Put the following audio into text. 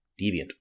deviant